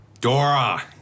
Dora